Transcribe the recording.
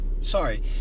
sorry